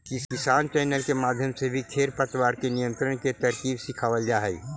किसान चैनल के माध्यम से भी खेर पतवार के नियंत्रण के तरकीब सिखावाल जा हई